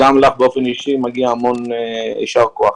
גם לך באופן אישי מגיע המון יישר כוח.